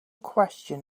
question